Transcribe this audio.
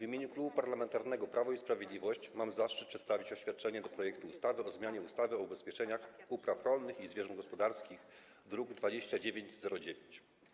W imieniu Klubu Parlamentarnego Prawo i Sprawiedliwość mam zaszczyt przedstawić oświadczenie w sprawie projektu ustawy o zmianie ustawy o ubezpieczeniach upraw rolnych i zwierząt gospodarskich, druk nr 2909.